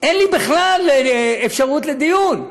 אין לי בכלל אפשרות לדיון.